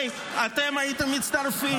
הזה ולהדיח אותו מהכנסת על הסעיפים האלה.